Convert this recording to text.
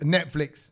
Netflix